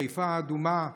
חיפה האדומה,